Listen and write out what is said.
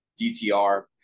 DTR